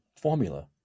formula